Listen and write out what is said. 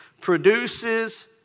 produces